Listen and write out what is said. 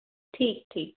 ठीक ठीक